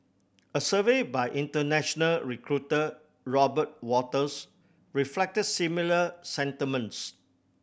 a survey by international recruiter Robert Walters reflected similar sentiments